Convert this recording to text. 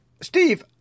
Steve